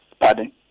Pardon